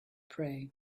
pray